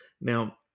Now